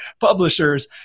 publishers